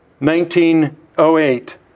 1908